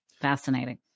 Fascinating